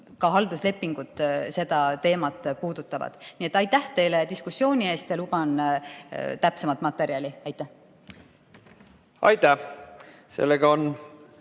ka halduslepingud puudutavad. Nii et aitäh teile diskussiooni eest ja luban täpsemat materjali. Aitäh! Aitäh selle teema